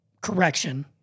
correction